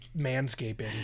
manscaping